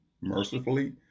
mercifully